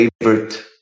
favorite